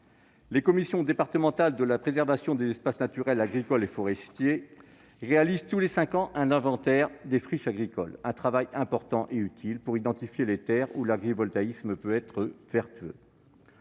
Les commissions départementales de la préservation des espaces naturels, agricoles et forestiers (CDPENAF) réalisent, tous les cinq ans, un inventaire des friches agricoles, un travail important et utile pour identifier les terres où l'agrivoltaïsme peut être vertueux.